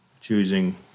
choosing